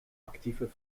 actieve